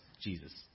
Jesus